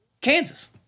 Kansas